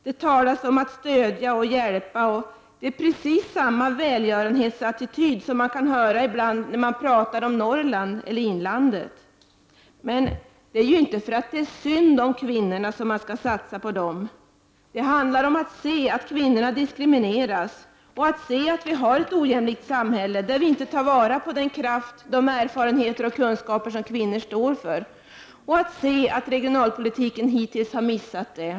Det talas om att stödja och hjälpa, och det är precis samma välgörenhetsattityd som man kan höra när det pratas om Norrland eller inlandet. Det är inte för att det är synd om kvinnorna som man skall satsa på dem. Det handlar om att se att kvinnorna diskrimineras, att se att vi har ett ojämlikt samhälle, där vi inte tar vara på den kraft, de erfarenheter och de kunskaper som kvinnor har, och att se att regionalpolitiken hittills har missat det.